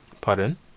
Pardon